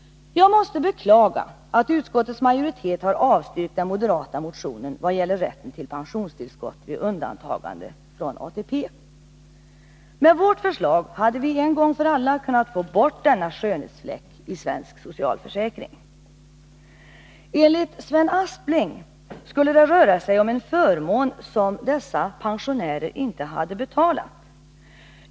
Jag måste beklaga att utskottets majoritet har avstyrkt den moderata motionen vad gäller rätten till pensionstillskott vid undantagande från ATP. Med vårt förslag hade vi en gång för alla kunnat få bort denna skönhetsfläck i svensk socialförsäkring. Enligt Sven Aspling skulle det röra sig om en förmån som dessa pensionärer inte hade betalat.